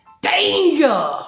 Danger